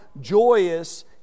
joyous